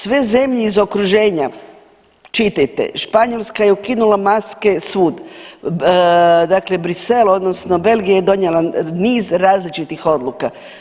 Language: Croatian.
Sve zemlje iz okruženja čitajte Španjolska je ukinula maske svud, dakle Bruxelles odnosno Belgija je donijela niz različitih odluka.